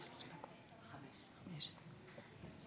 3009 ו-3069.